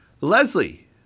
Leslie